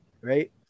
right